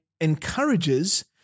encourages